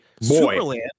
Superland